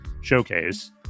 showcase